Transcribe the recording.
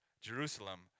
Jerusalem